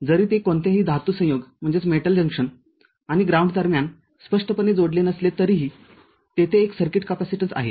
जरी ते कोणत्याही धातू संयोगआणि ग्राउंड दरम्यान स्पष्टपणे जोडलेले नसले तरीही तेथे एक सर्किट कॅपेसिटन्स आहे